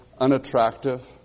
unattractive